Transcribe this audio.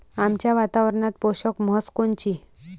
आमच्या वातावरनात पोषक म्हस कोनची?